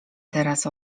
teraz